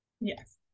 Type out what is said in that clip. Yes